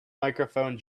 microphone